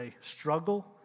struggle